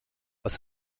was